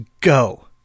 go